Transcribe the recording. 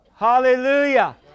Hallelujah